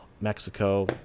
Mexico